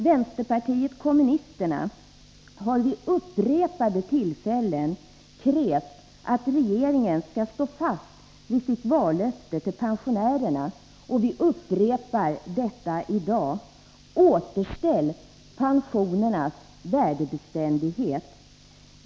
Vänsterpartiet kommunisterna har vid upprepade tillfällen krävt att regeringen skall stå fast vid sitt vallöfte till pensionärerna, och vi upprepar detta i dag. Återställ pensionernas värdebeständighet!